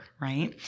right